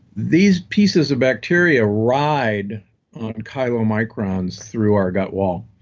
these pieces of bacteria ride on chylomicrons through our gut wall.